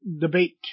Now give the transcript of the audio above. debate